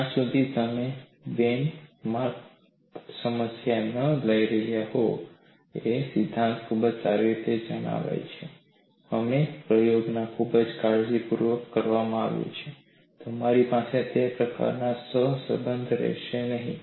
જ્યાં સુધી તમે બેન્ચમાર્ક સમસ્યા ન લઈ રહ્યા હોવ અને સિદ્ધાંત ખૂબ સારી રીતે સમજાય છે અને પ્રયોગ પણ ખૂબ કાળજીપૂર્વક કરવામાં આવે છે તમારી પાસે તે પ્રકારનો સહસંબંધ રહેશે નહીં